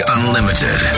Unlimited